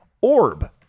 orb